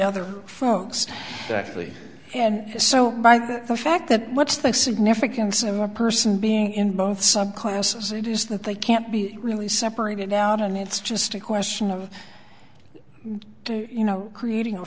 other folks actually and so by that the fact that what's the significance of the person being in both some classes it is that they can't be really separated out and it's just a question of you know creating a